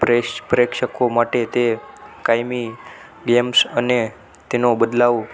પ્રેશ પ્રેક્ષકો માટે તે કાયમી ગેમ્સ અને તેનો બદલાવ